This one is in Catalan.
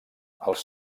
els